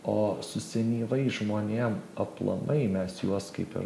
o su senyvais žmonėm aplamai mes juos kaip ir